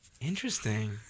Interesting